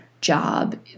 job